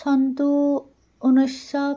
চনতো ঊনৈছশ